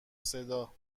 صدا